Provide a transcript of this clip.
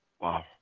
wow